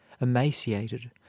emaciated